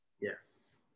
Yes